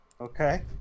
Okay